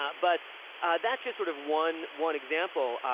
but that's just sort of one one example.